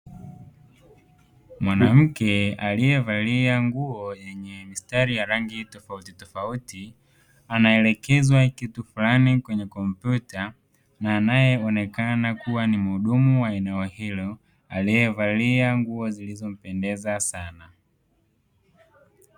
Mwanamke aliyevalia nguo yenye mistari ya rangi tofautitofauti anaelekezwa kitu fulani kwenye kompyuta na anayeonekena kuwa ni muhudumu wa eneo hilo, aliyevalia nguo zilizompendeza sana.